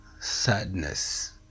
sadness